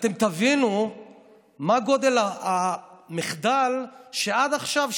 אתם תבינו מה גודל המחדל שעד עכשיו,